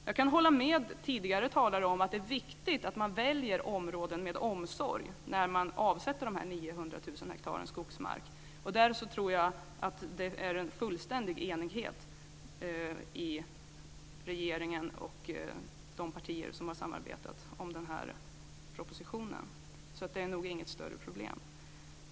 Jag kan hålla med tidigare talare om att det är viktigt att välja områden med omsorg när man avsätter de här 900 000 hektaren skogsmark. Här tror jag att det råder fullständig enighet hos regeringen och de partier som har samarbetat om den här propositionen, så det är nog inget större problem.